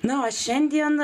na o šiandien